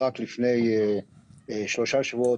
רק לפני שלושה שבועות,